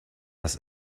was